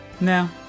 No